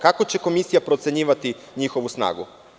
Kako će komisija procenjivati njihovu snagu?